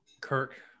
Kirk